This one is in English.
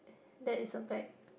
that is a bag